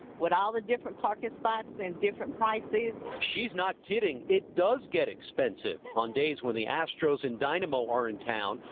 with all the different parking spots and different prices. reporter she's not kidding. it does get expensive. on days when the astros and dynamo are in town,